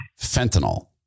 fentanyl